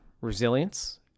resilience